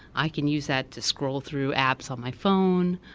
i can use that to scroll through apps on my phone,